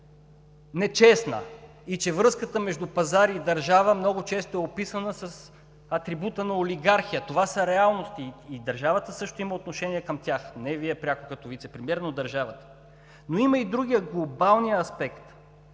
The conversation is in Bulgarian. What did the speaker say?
– нечестна, и че връзката между пазар и държава много често е описана с атрибута на олигархия. Това са реалности и държавата също има отношение към тях – не Вие пряко като вицепремиер, но държавата. Но има и другия, глобалният аспект.